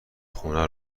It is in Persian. خونه